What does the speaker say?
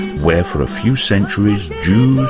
where for a few centuries jews,